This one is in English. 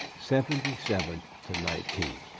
seventy seven to nineteen.